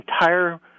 entire